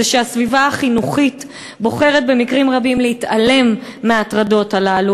שהסביבה החינוכית בוחרת במקרים רבים להתעלם מההטרדות האלה,